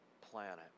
planet